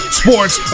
sports